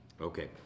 Okay